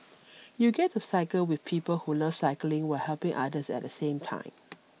you get to cycle with people who love cycling while helping others at the same time